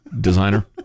designer